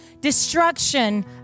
destruction